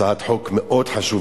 זו הצעת חוק מאוד חשובה.